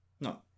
No